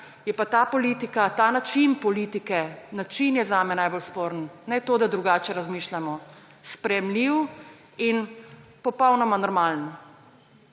je pa ta politika, ta način politike, način je zame najbolj sporen, ne to, da drugače razmišljamo, sprejemljiv in popolnoma normalen.